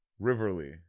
Riverly